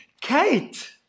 Kate